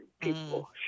people